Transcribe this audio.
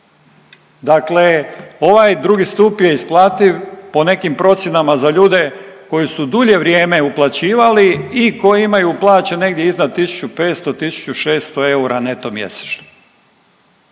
Dakle ovaj 2. stup je isplativ po nekim procjenama za ljude koji su dulje vrijeme uplaćivali i koji imaju plaće negdje iznad 1.500 – 1.600 eura neto mjesečno.